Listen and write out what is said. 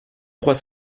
trois